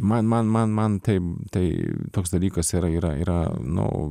man man man man taip tai toks dalykas yra yra yra nu